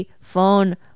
phone